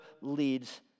leads